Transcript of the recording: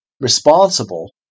responsible